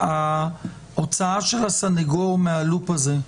ההוצאה של הסנגור מהלופ הזה,